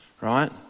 right